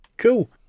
Cool